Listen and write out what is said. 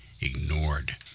ignored